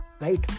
right